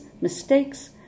mistakes